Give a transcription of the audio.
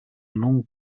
non